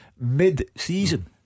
mid-season